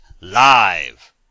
live